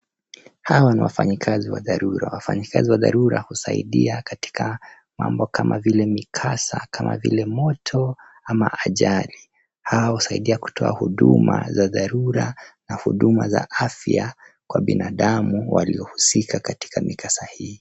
Hawa ni wafanyikazi wa dharura. Wafanyikazi wa dharura husaidia katika mambo kama vile mikasa kama vile moto ama ajali. Hao husaidia kutoa huduma za dharura na huduma za afya kwa binadamu waliohusika katika mikasa hii.